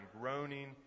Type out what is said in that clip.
groaning